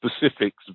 specifics